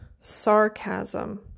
sarcasm